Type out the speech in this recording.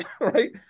Right